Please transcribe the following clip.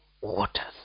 waters